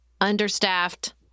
understaffed